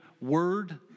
word